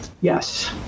yes